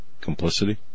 complicity